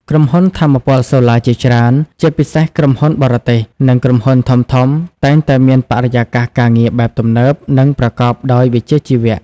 ក្រុមហ៊ុនថាមពលសូឡាជាច្រើន ជាពិសេសក្រុមហ៊ុនបរទេស និងក្រុមហ៊ុនធំៗតែងតែមានបរិយាកាសការងារបែបទំនើប និងប្រកបដោយវិជ្ជាជីវៈ។